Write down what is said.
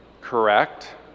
Correct